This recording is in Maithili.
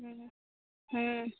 हूँ हूँ